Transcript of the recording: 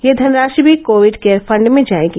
यह धनराशि भी कोविड केयर फण्ड में जाएगी